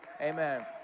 amen